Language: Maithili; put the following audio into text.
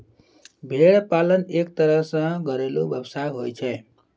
भेड़ पालन एक तरह सॅ घरेलू व्यवसाय होय छै